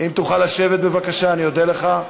אם תוכל לשבת בבקשה, אני אודה לך.